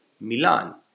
Milan